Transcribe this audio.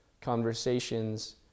conversations